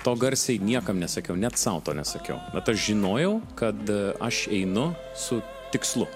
to garsiai niekam nesakiau net sau to nesakiau bet aš žinojau kad aš einu su tikslu